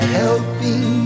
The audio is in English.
helping